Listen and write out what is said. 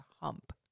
hump